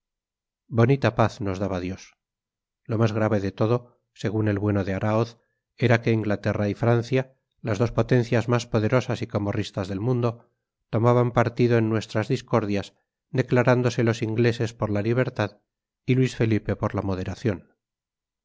bonita paz nos daba dios lo más grave de todo según el bueno de araoz era que inglaterra y francia las dos potencias más poderosas y camorristas del mundo tomaban partido en nuestras discordias declarándose los ingleses por la libertad y luis felipe por la moderación